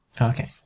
Okay